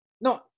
No